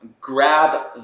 grab